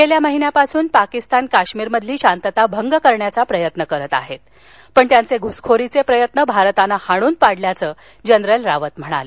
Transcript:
गेल्या महिन्यापासून पाकिस्तान काश्मीरमधली शांतता भंग करण्याचा प्रयत्न करत आहे पण त्यांचे घूसखोरीचे प्रयत्न भारतानं हाणून पाडल्याचं जनरल रावत म्हणाले